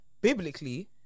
Biblically